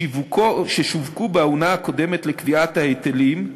ששווקו בעונה הקודמת לקביעת ההיטלים,